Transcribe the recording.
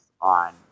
on